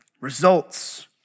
Results